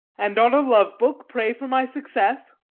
and on a love-book pray for my success?